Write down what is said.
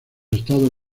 estados